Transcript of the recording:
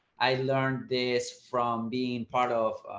i learned this from being part of,